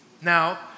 Now